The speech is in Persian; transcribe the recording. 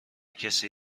کسی